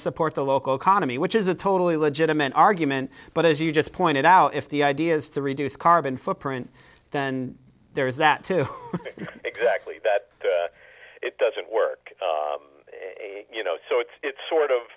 to support the local economy which is a totally legitimate argument but as you just pointed out if the idea is to reduce carbon footprint then there is that to exactly that it doesn't work you know so it's sort of